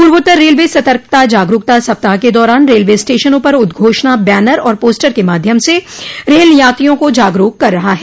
पूर्वोत्तर रेलवे सतर्कता जागरूकता सप्ताह के दौरान रेलवे स्टेशनों पर उदघोषणा बैनर और पोस्टर के माध्यम से रेल यात्रियों को जागरूक कर रहा है